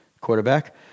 quarterback